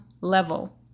level